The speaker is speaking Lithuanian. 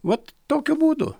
vat tokiu būdu